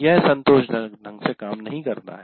यह संतोषजनक ढंग से काम नहीं करता है